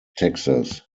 texas